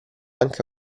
anche